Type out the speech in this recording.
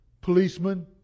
policemen